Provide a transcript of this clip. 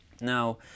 Now